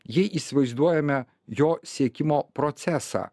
jei įsivaizduojame jo siekimo procesą